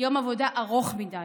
יום עבודה ארוך מדי,